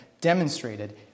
demonstrated